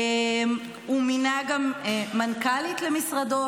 הוא מינה גם מנכ"לית למשרדו,